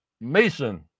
Mason